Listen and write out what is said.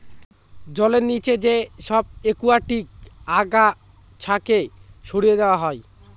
জলের নিচে যে সব একুয়াটিক আগাছাকে সরিয়ে দেওয়া হয়